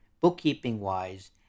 bookkeeping-wise